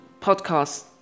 podcast